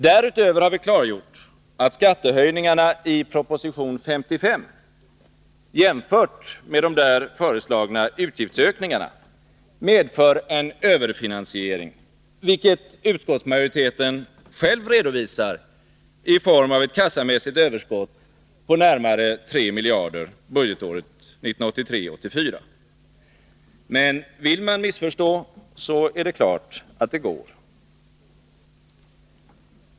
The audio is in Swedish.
Därutöver har vi klargjort att skattehöjningarna i proposition 55, jämfört med de där föreslagna utgiftsökningarna, medför en överfinansiering, vilket utskottsmajoriteten själv redovisar i form av ett kassamässigt överskott på närmare 3 miljarder kronor budgetåret 1983/84. Men vill man missförstå, så är det klart att det går.